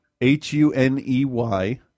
H-U-N-E-Y